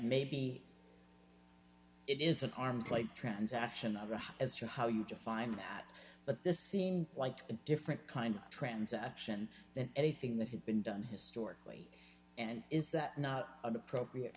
maybe it is an arm's like transaction as to how you define that but this seems like a different kind of transaction than anything that had been done historically and is that not an appropriate